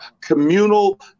communal